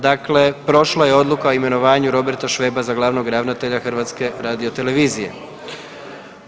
Dakle, prošla je Odluka o imenovanju Roberta Šveba za glavnog ravnatelja HRT-a.